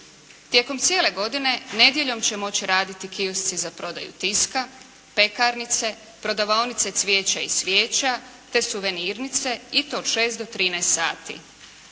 Tijekom cijele godine nedjeljom će moći raditi kiosci za prodaju tiska, pekarnice, prodavaonice cvijeća i svijeća, te suvenirnice i to od 6 do 13 sati,